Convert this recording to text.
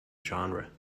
genre